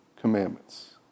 commandments